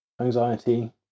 anxiety